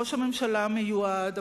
ראש הממשלה המיועד,